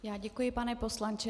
Já děkuji, pane poslanče.